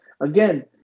Again